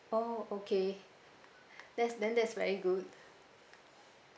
oh okay that's then that's very good